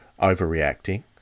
overreacting